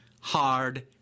hard